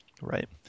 right